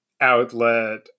outlet